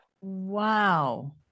Wow